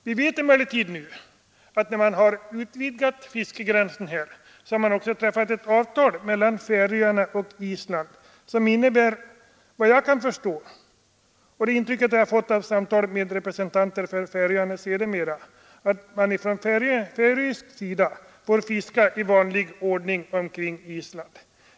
Vi vet emellertid nu, att när man har utvidgat fiskegränsen har ett avtal träffats mellan Färöarna och Island som innebär — det intrycket har jag fått av samtal med representanter för Färöarna — att färöiska fiskare får fiska i vanlig ordning omkring Island.